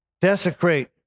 desecrate